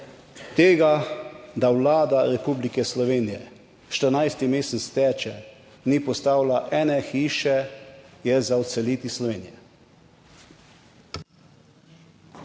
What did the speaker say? Tega, da Vlada Republike Slovenije štirinajst mesec teče, ni postavila ene hiše, je za odseliti Slovenije.